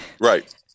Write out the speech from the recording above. right